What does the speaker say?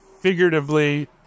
figuratively